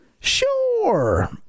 sure